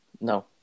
no